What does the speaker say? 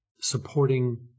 supporting